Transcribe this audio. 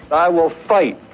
i will fight!